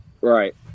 Right